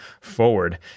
forward